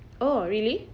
oh really